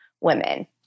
women